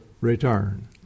return